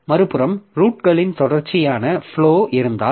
மறுபுறம் ரூட்களின் தொடர்ச்சியான ஃப்லொ இருந்தால்